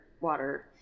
water